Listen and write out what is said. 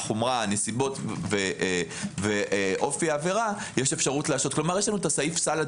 הנסיבות ואופי העבירה יש אפשרות להשעות כלומר יש לנו סעיף סל,